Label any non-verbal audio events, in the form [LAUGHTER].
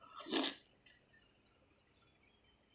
[NOISE]